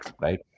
Right